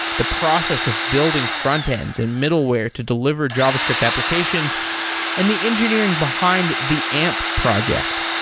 the process of building frontends and middleware to deliver javascript applications and the engineering behind the amp project.